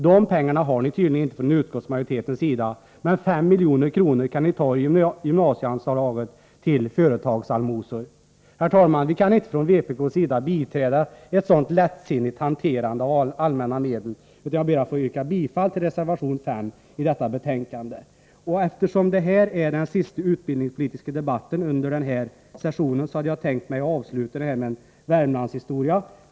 De pengarna har tydligen inte utskottsmajoriteten, men 5 milj.kr. kan ni ta ur gymnasieanslaget till företagsallmosor. Herr talman! Vi kan inte från vpk:s sida biträda ett sådan lättsinnigt hanterande av allmänna medel. Jag ber att få yrka bifall till reservation 5 i detta betänkande. Eftersom detta är sista utbildningspolitiska debatten under denna session hade jag tänkt dra en Värmlands-historia.